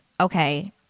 Okay